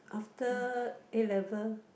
after A-level